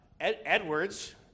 Edwards